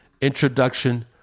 Introduction